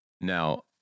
Now